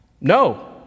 No